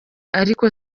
ariko